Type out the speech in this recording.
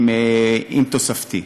עם תוספתי.